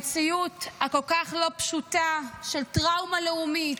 המציאות שהיא כל כך לא פשוטה, של טראומה לאומית,